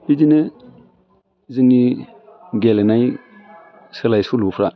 बिदिनो जोंनि गेलेनाय सोलाय सोल'फ्रा